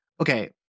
okay